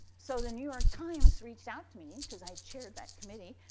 so, the new york times reached out to me, because i chaired that committee,